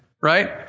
Right